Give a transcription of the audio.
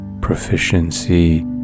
proficiency